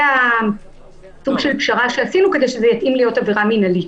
זה סוג של פשרה שעשינו כדי שזה יתאים להיות עבירה מינהלית.